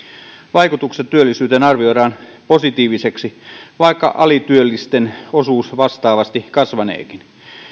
vaikutukset työllisyyteen arvioidaan positiivisiksi vaikka alityöllisten osuus vastaavasti kasvaneekin